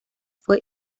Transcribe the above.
fue